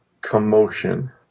commotion